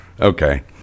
Okay